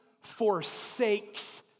forsakes